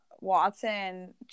Watson